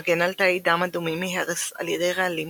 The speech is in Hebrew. מגן על תאי דם אדומים מהרס על ידי רעלים